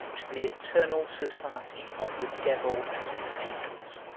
to the eternal society of the devil and his angels.